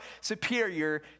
superior